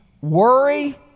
Worry